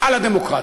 על הדמוקרטיה.